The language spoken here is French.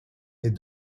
est